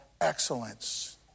excellence